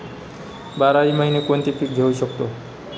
बाराही महिने कोणते पीक घेवू शकतो?